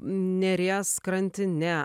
neries krantine